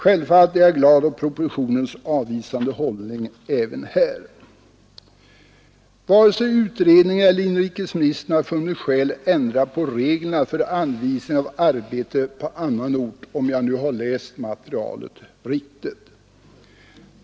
Självfallet är jag glad åt propositionens avvisande hållning även här. Varken utredningen eller inrikesministern har funnit skäl ändra på reglerna för anvisning av arbete på annan ort, om jag läst materialet rätt.